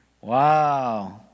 Wow